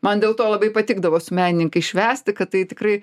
man dėl to labai patikdavo su menininkais švęsti kad tai tikrai